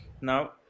Now